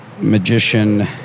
magician